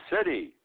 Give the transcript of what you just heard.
City